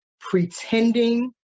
pretending